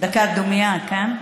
דקת דומייה, כן?